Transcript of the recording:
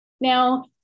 now